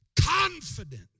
confident